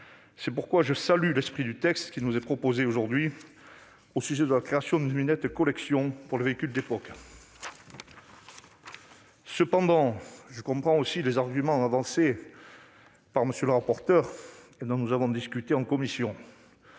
C'est pourquoi je salue l'esprit du texte que nous examinons aujourd'hui, qui vise à la création d'une vignette « collection » pour les véhicules d'époque. Cependant, je comprends aussi les arguments avancés par M. le rapporteur et dont nous avons discuté en commission,